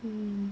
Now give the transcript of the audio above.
hmm